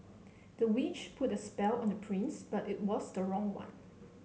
the witch put a spell on the prince but it was the wrong one